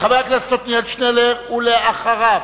חבר הכנסת עתניאל שנלר, בבקשה.